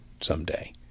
someday